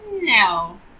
No